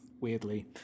weirdly